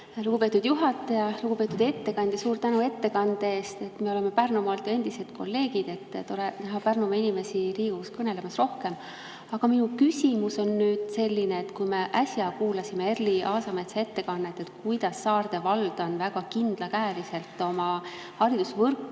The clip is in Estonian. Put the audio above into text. lugupeetud juhataja! Lugupeetud ettekandja, suur tänu ettekande eest! Me oleme Pärnumaalt ja endised kolleegid, tore on näha rohkem Pärnumaa inimesi Riigikogus kõnelemas. Aga minu küsimus on nüüd selline. Me äsja kuulasime Erli Aasametsa ettekannet, kuidas Saarde vald on väga kindlakäeliselt oma haridusvõrku